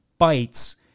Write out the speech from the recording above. bytes